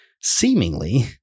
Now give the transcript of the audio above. Seemingly